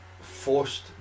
forced